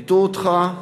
הטעו אותך,